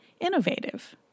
innovative